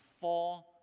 four